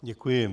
Děkuji.